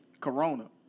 Corona